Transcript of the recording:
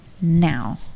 now